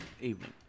evening